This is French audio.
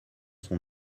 son